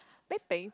Big-Bang